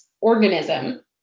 organism